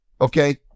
okay